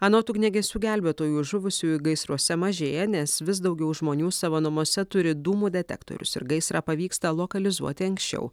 anot ugniagesių gelbėtojų žuvusiųjų gaisruose mažėja nes vis daugiau žmonių savo namuose turi dūmų detektorius ir gaisrą pavyksta lokalizuoti anksčiau